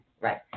Right